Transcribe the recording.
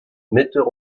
metteur